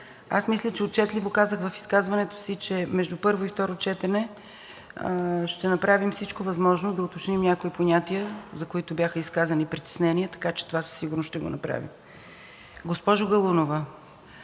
аз мисля, че отчетливо казах в изказването си, че между първо и второ четене ще направим всичко възможно да уточним някои понятия, за които бяха изказани притеснения. Така че това със сигурност ще го направим. Госпожо Галунова,